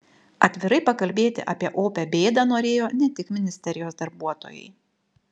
atvirai pakalbėti apie opią bėdą norėjo ne tik ministerijos darbuotojai